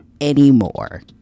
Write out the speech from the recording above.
anymore